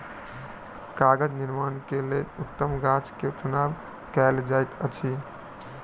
कागज़ निर्माण के लेल उत्तम गाछ के चुनाव कयल जाइत अछि